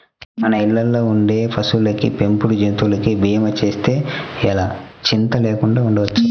మన ఇళ్ళల్లో ఉండే పశువులకి, పెంపుడు జంతువులకి భీమా చేస్తే ఎలా చింతా లేకుండా ఉండొచ్చు